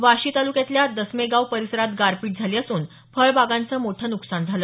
वाशी तालुक्यातल्या दसमेगाव परिसरात गारपीट झाली असून फळबागांचं मोठं नुकसान झाल